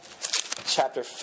Chapter